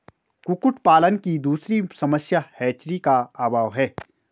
कुक्कुट पालन की दूसरी समस्या हैचरी का अभाव है